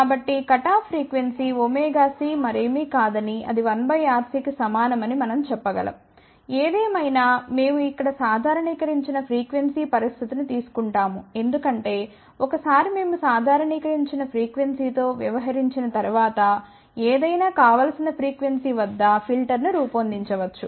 కాబట్టి cutoff frequency ωc మరేమి కాదని అది 1 RC కి సమానం అని మనం చెప్పగలం ఏదేమైనా మేము ఇక్కడ సాధారణీకరించిన ఫ్రీక్వెన్సీ పరిస్థితిని తీసుకుంటాము ఎందుకంటే ఒకసారి మేము సాధారణీకరించిన ఫ్రీక్వెన్సీ తో వ్యవహరించిన తర్వాత ఏదైనా కావలసిన ఫ్రీక్వెన్సీ వద్ద ఫిల్టర్ను రూపొందించవచ్చు